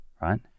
Right